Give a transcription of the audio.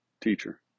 teacher